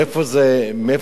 מאיפה זה נולד?